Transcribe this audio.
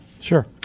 Sure